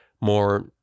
more